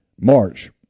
March